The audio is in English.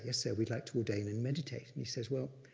yes, sir, we'd like to ordain and meditate. and he says, well,